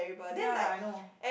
ya I know